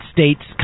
States